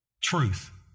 truth